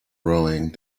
rowing